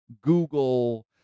Google